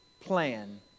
plan